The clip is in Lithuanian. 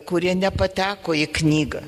kurie nepateko į knygą